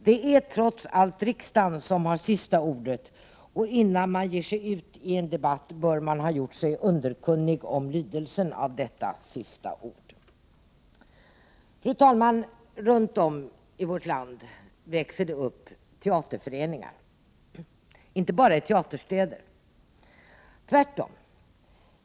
Det är trots allt riksdagen som har sista ordet, och innan man ger sig ut i en debatt bör man ha gjort sig underkunnig om lydelsen av detta sista ord. Fru talman! Runt om i vårt land växer det upp teaterföreningar, inte bara i teaterstäderna.